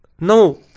No